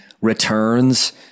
returns